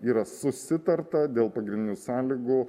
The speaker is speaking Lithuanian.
yra susitarta dėl pagrindinių sąlygų